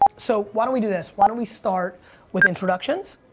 so why don't we do this, why don't we start with introductions,